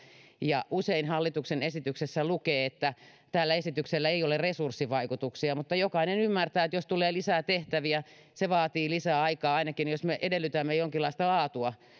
ja usein hallituksen esityksessä lukee että tällä esityksellä ei ole resurssivaikutuksia mutta jokainen ymmärtää että jos tulee lisää tehtäviä se vaatii lisää aikaa ainakin jos me edellytämme jonkinlaista laatua